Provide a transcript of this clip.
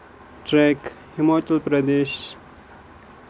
track Himachal Pradesh